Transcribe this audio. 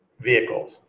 vehicles